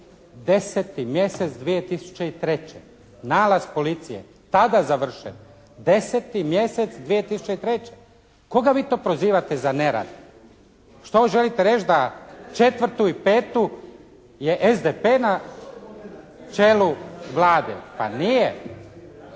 je 10. mjesec 2003., nalaz policije tada završen 10. mjesec 2003. Koga vi to prozivate za nerad? Što želite reći, da 4. i 5. je SDP na čelu Vlade? Pa nije.